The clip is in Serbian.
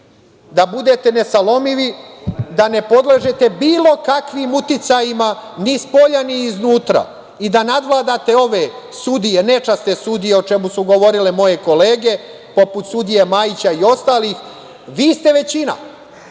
da budete nesalomivi, da ne podležete bilo kakvim uticajima ni spolja ni iznutra, i da nadvladate ove sudije, nečasne sudije, o čemu su govorile moje kolege, poput sudije Majića i ostalih. Vi ste većina.